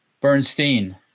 Bernstein